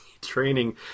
training